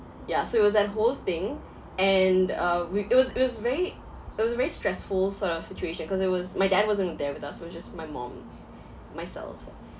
ya so it was that whole thing and uh we it was it was very it was very stressful sort of situation cause it was my dad wasn't there with us so just my mum myself